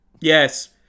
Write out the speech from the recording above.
yes